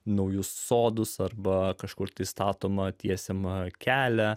naujus sodus arba kažkur statomą tiesiamą kelią